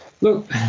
look